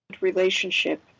relationship